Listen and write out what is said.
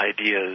ideas